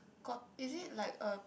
got is it like a